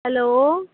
hello